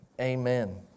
amen